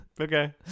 okay